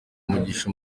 umugisha